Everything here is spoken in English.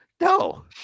No